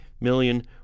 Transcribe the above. million